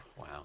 Wow